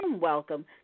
welcome